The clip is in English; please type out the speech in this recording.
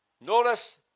Notice